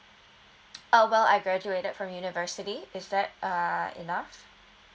uh well I graduated from university is that uh enough